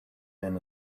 than